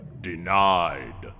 denied